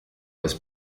was